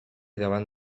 davant